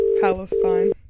Palestine